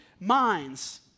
minds